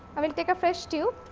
i will take a fresh tube